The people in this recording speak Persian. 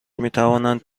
میتوانند